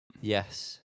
Yes